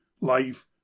life